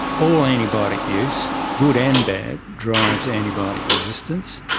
all antibiotic use, good and bad, drives antibiotic resistance,